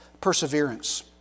perseverance